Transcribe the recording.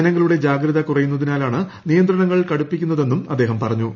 ജനങ്ങളുടെ ജാഗ്രത കുറയുന്നതിനാലാണ് നിയന്ത്രണങ്ങൾ കടുപ്പിക്കുന്നതെന്നും അദ്ദേഹം പറഞ്ഞു